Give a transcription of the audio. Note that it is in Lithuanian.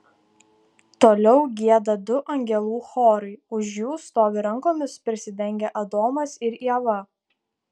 toliau gieda du angelų chorai už jų stovi rankomis prisidengę adomas ir ieva